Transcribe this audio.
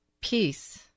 peace